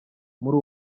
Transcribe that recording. muri